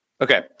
Okay